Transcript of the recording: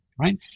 Right